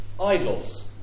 idols